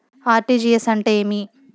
RTGS అంటే ఏమి?